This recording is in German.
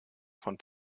von